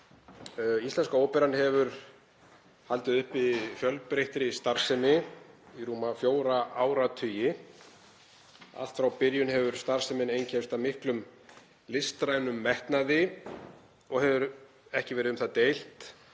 Íslenska óperan hefur haldið uppi fjölbreyttri starfsemi í rúma fjóra áratugi. Allt frá byrjun hefur starfsemin einkennst af miklum listrænum metnaði og hefur ekki verið um það deilt